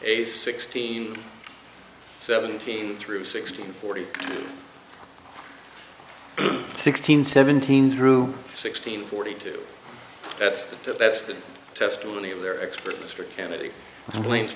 a sixteen seventeen through sixteen forty sixteen seventeen zero sixteen forty two that's the that's the testimony of their expert mr kennedy cla